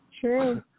True